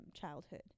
childhood